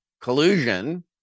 collusion